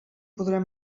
podrem